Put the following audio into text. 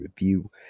review